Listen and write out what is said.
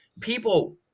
People